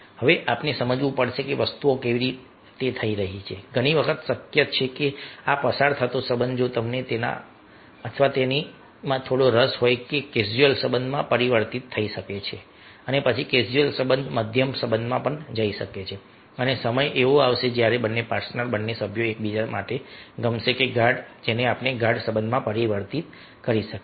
હવે આપણે સમજવું પડશે કે વસ્તુઓ કેવી રીતે થઈ રહી છે ઘણી વખત શક્ય છે કે આ પસાર થતો સંબંધ જો તમને તેના અથવા તેણીમાં થોડો રસ હોય તો કેઝ્યુઅલ સંબંધમાં પરિવર્તિત થઈ શકે છે અને પછી કેઝ્યુઅલ સંબંધ મધ્યમ સંબંધમાં જઈ શકે છે અને સમય એવો આવશે જ્યારે બંને પાર્ટનર્સ બંને સભ્યો એકબીજા માટે ગમશે કે જેને ગાઢ સંબંધમાં પરિવર્તિત કરી શકાય